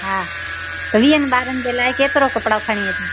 हा वीह ॿारनि जे लाए केतिरो कपिड़ा खणी अचूं